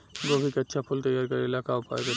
गोभी के अच्छा फूल तैयार करे ला का उपाय करी?